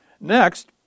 Next